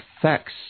affects